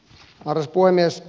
lars puhemies